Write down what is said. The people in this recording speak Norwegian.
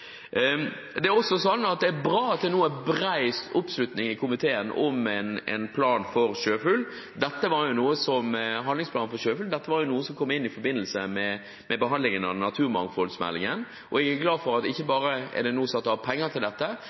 Det er bra at det nå er bred oppslutning i komiteen om en handlingsplan for sjøfugl. Dette er noe som kom inn i forbindelse med behandlingen av naturmangfoldmeldingen. Jeg er glad for at det ikke bare er avsatt penger til dette, men at det